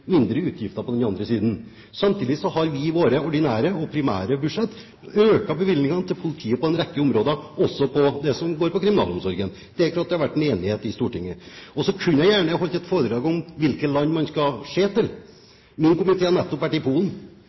mindre utgifter på den andre siden. Samtidig har vi i våre ordinære og primære budsjetter økt bevilgningene til politiet på en rekke områder, også på det som går på kriminalomsorgen, der det har vært enighet i Stortinget. Så kunne jeg gjerne ha holdt et foredrag om hvilke land man skal se til. Min komité har nettopp vært i